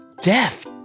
deaf